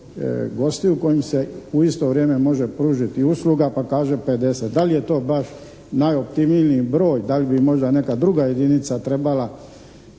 gostiju kojima se u isto vrijeme može pružiti usluga pa kaže 50. Da li je to baš najoptimalniji broj, da li bi možda neka druga jedinica trebala